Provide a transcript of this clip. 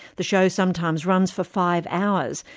the show sometimes runs for five hours,